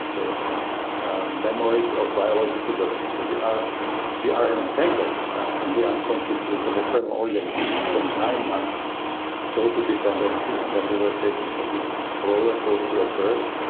the memories of biological birth. but we are we are entangled in the unconscious with the maternal organism. we spent nine months total dependency, and then we were taken for this rollercoaster of birth.